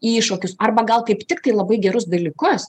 iššūkius arba gal kaip tik tai labai gerus dalykus